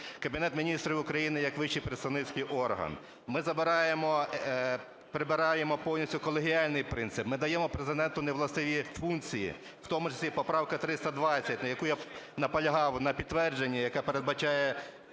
Кабінет Міністрів України як вищий представницький орган. Ми забираємо… прибираємо повністю колегіальний принцип, ми даємо Президенту невластиві функції. В тому числі і поправка 320, на якій я наполягав на підтвердженні, яка передбачає